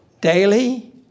daily